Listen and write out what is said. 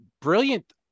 brilliant